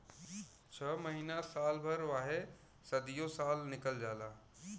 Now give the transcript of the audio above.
छ महीना साल भर वाहे सदीयो साल निकाल ला